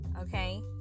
okay